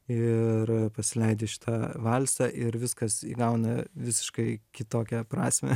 ir pasileidi šitą valsą ir viskas įgauna visiškai kitokią prasmę